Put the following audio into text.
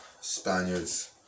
Spaniards